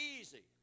easy